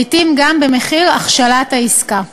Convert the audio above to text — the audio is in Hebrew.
לעתים גם במחיר הכשלת העסקה.